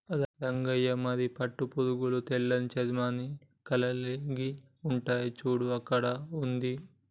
రంగయ్య మరి పట్టు పురుగులు తెల్లని చర్మాన్ని కలిలిగి ఉంటాయి సూడు అక్కడ ఉంది